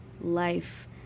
life